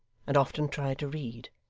and often tried to read,